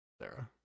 Sarah